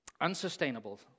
unsustainable